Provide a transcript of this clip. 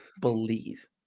believe